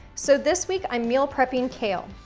so this week, i'm meal prepping kale.